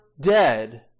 dead